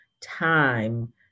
time